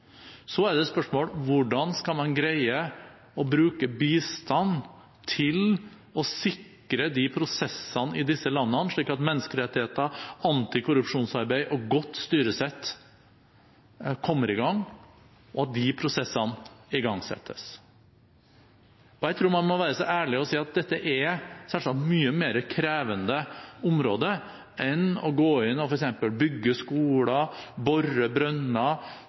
Så er spørsmålet: Hvordan skal man greie å bruke bistand til å sikre de prosessene i disse landene, slik at menneskerettigheter, antikorrupsjonsarbeid og godt styresett kommer i gang, og at de prosessene igangsettes? Jeg tror man må være så ærlig å si at dette er selvsagt et mye mer krevende område enn å gå inn og f.eks. bygge skoler,